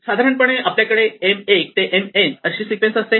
साधारणपणे आपल्याकडे M 1 ते M n असे सिक्वेन्स असते